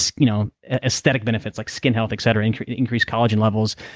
so you know aesthetic benefits like skin health etc. increase increase collagen levels,